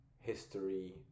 history